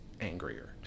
angrier